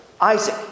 Isaac